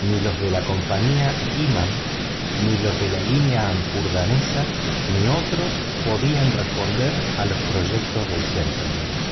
ni los de la compañía imman ni los de la línea hamburguesa ni otros podían responder a los proyectos del gentleman